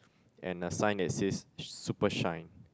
and a sign is it super shine